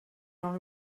noch